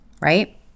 right